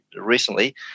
recently